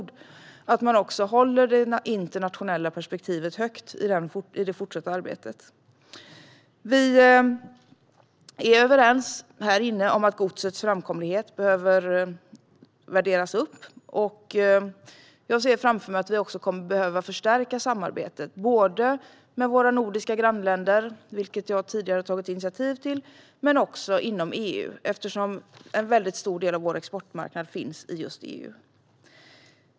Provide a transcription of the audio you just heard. Då är det viktigt att man håller det internationella perspektivet högt i det fortsatta arbetet. Vi här inne är överens om att godsets framkomlighet behöver värderas upp. Jag ser framför mig att vi också behöver förstärka samarbetet både med våra nordiska grannländer - vilket jag tidigare har tagit initiativ till - och inom EU, eftersom en väldigt stor del av vår exportmarknad finns i just EU.